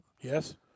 Yes